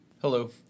Hello